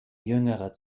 jüngerer